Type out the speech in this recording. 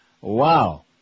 wow